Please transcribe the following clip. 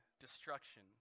destruction